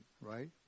right